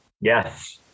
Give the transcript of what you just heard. Yes